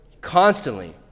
constantly